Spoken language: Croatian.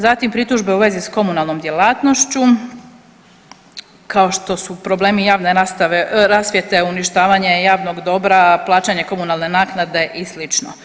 Zatim pritužbe u vezi sa komunalnom djelatnošću kao što su problemi javne rasvjete, uništavanje javnog dobra, plaćanje komunalne naknade i slično.